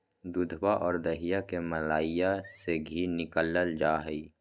दूधवा और दहीया के मलईया से धी निकाल्ल जाहई